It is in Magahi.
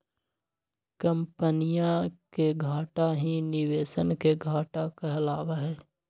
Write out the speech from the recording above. कम्पनीया के घाटा ही निवेशवन के घाटा कहलावा हई